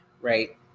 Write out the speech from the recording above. right